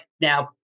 now